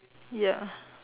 ya